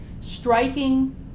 striking